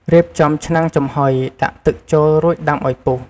រៀបចំឆ្នាំងចំហុយ ដាក់ទឹកចូល រួចដាំឲ្យពុះ។